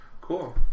Cool